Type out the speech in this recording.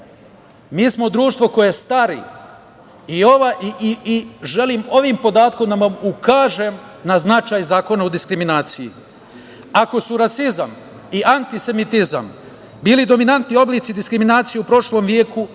Mi smo društvo koje stari i želim ovim podatkom da vam ukažem na značaj Zakona o diskriminaciji. Ako su rasizam i antisemitizam bili dominantni oblici diskriminacije u prošlom veku,